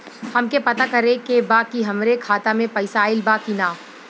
हमके पता करे के बा कि हमरे खाता में पैसा ऑइल बा कि ना?